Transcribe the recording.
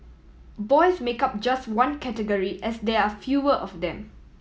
boys make up just one category as there are fewer of them